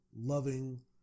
loving